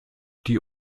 die